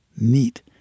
neat